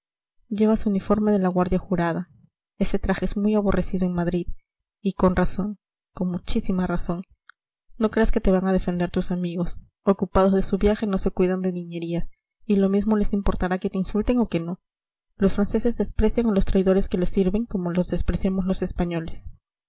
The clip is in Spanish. llevas uniforme de la guardia jurada ese traje es muy aborrecido en madrid y con razón con muchísima razón no creas que te van a defender tus amigos ocupados de su viaje no se cuidan de niñerías y lo mismo les importará que te insulten o que no los franceses desprecian a los traidores que les sirven como los despreciamos los españoles